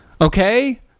okay